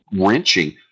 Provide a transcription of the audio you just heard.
wrenching